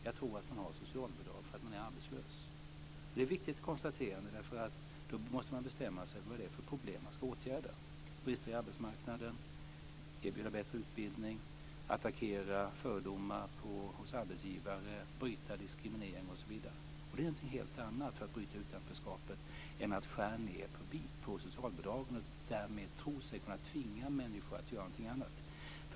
Jag tror att man har socialbidrag för att man är arbetslös. Det är ett viktigt konstaterande, eftersom man måste bestämma sig för vad det är för problem som man ska åtgärda. Det kan handla om brister på arbetsmarknaden, att erbjuda bättre utbildning, att attackera fördomar hos arbetsgivare och bryta diskriminering osv. Och det är någonting helt annat för att bryta utanförskapet än att skära ned på socialbidragen och därmed tro sig kunna tvinga människor att göra någonting annat.